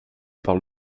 par